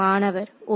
மாணவர்1